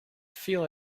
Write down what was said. feel